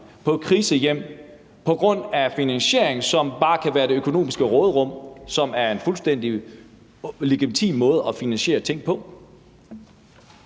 på krisehjem, på grund af en finansiering, som bare kan komme fra det økonomiske råderum, som er en fuldstændig legitim måde at finansiere ting på.